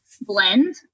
blend